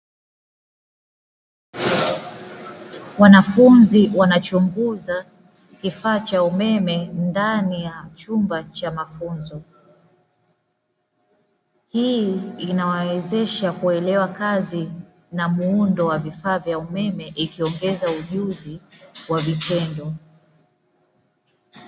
Wanafunzi wanachunguza kifaa cha umeme ndani ya chumba cha mafunzo. Hii inawawezesha kuelewa kazi na muundo wa vifaa vya umeme ikiongeza ujuzi wa vitendo.